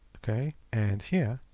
okay, and here.